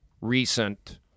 recent